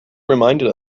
reminded